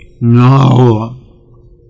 No